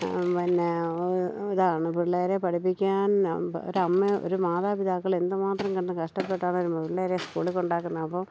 പിന്നെ ഇതാണ് പിള്ളേരെ പഠിപ്പിക്കാൻ ഒരു അമ്മ ഒരു മാതാപിതാക്കൾ എന്തു മാത്രം കിടന്നു കഷ്ടപ്പെട്ടാണ് വരുമ്പോൾ പിള്ളേരെ സ്കൂളിൽ കൊണ്ടാക്കുന്നത് ഇപ്പോൾ